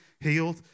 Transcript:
healed